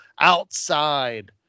outside